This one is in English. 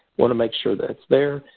want to make sure that's there.